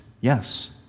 Yes